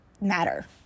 matter